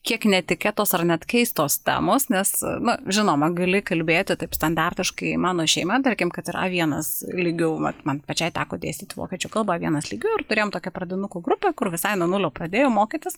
kiek netikėtos ar net keistos temos nes nu žinoma gali kalbėti taip standartiškai mano šeima tarkim kad yra a vienas lygiu vat mat man pačiai teko dėstyt vokiečių kalbą a vienas lygių ir turėjom tokią pradinukų grupę kur visai nuo nulio pradėjo mokytis